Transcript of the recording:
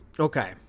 Okay